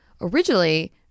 originally